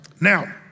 Now